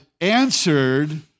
answered